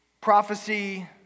prophecy